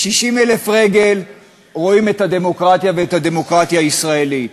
מ-60,000 רגל רואים את הדמוקרטיה ואת הדמוקרטיה הישראלית.